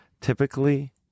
Typically